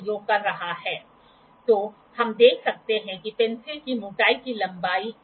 sign bar को एक angle पर सेट किया जाता है जैसे कि वर्कपीस के एक छोर से दूसरे छोर तक ले जाने पर डायल गेज कोई विचलन दर्ज नहीं करता है